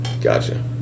Gotcha